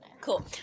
Cool